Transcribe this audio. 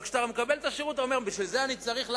וכשאתה מקבל את השירות אתה אומר: בשביל זה אני צריך?